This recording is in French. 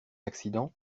accident